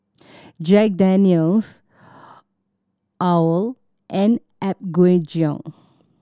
Jack Daniel's owl and Apgujeong